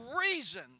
reason